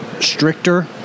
stricter